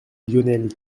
lionel